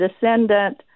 descendant